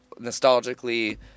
nostalgically